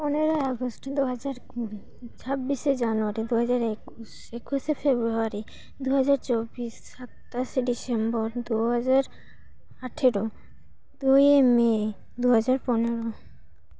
ᱯᱚᱱᱮᱨᱳᱭ ᱟᱜᱚᱥᱴ ᱫᱩ ᱡᱟᱦᱟᱨ ᱠᱩᱲᱤ ᱪᱷᱟᱵᱽᱵᱤᱥᱮ ᱡᱟᱱᱩᱭᱟᱨᱤ ᱫᱩ ᱦᱟᱡᱟᱨ ᱮᱠᱩᱥ ᱮᱠᱩᱥᱮ ᱯᱷᱮᱵᱨᱩᱣᱟᱨᱤ ᱫᱩ ᱦᱟᱡᱟᱨ ᱪᱚᱵᱽᱵᱤᱥ ᱥᱟᱛᱟᱥᱮ ᱰᱤᱥᱮᱢᱵᱚᱨ ᱫᱩ ᱦᱟᱡᱟᱨ ᱟᱴᱷᱮᱨᱳ ᱫᱩᱭᱮᱭ ᱢᱮᱹ ᱫᱩ ᱦᱟᱡᱟᱨ ᱯᱚᱱᱮᱨᱳ